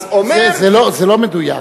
אז אומר, זה לא מדויק.